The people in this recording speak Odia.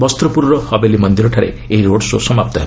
ବସ୍ତ୍ରପୁରର ହବେଲି ମନ୍ଦିରଠାରେ ଏହି ରୋଡ୍ ସୋ' ସମାପ୍ତ ହେବ